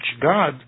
God